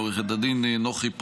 לעו"ד נוחי פוליטיס,